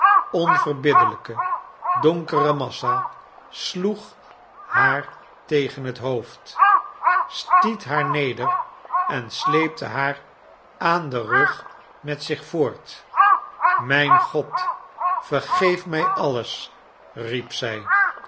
onverbiddelijke donkere massa sloeg haar tegen het hoofd stiet haar neder en sleepte haar aan den rug met zich voort mijn god vergeef mij alles riep zij